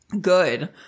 good